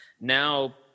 now